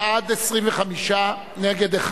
בעד, 25, נגד,